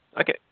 Okay